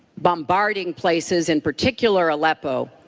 bombarding places in particular aleppo,